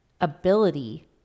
ability